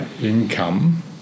income